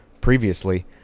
previously